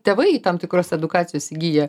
tėvai tam tikros edukacijos įgyja